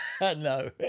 No